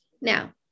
Now